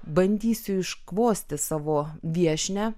bandysiu iškvosti savo viešnią